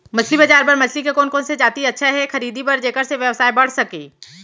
मछली बजार बर मछली के कोन कोन से जाति अच्छा हे खरीदे बर जेकर से व्यवसाय बढ़ सके?